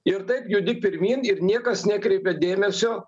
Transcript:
ir taip judi pirmyn ir niekas nekreipia dėmesio